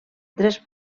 tres